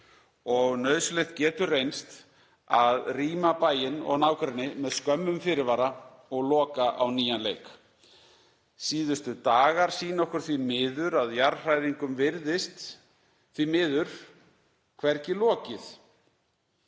nauðsynlegt getur reynst að rýma bæinn og nágrenni með skömmum fyrirvara og loka á nýjan leik. Síðustu dagar sýna okkur því miður að jarðhræringum virðist því miður hvergi lokið.